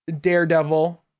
daredevil